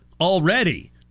already